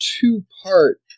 two-part